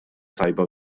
tajba